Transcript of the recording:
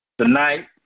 Tonight